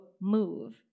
move